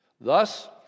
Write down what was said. Thus